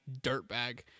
dirtbag